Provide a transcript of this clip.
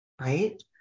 Right